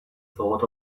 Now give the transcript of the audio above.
thought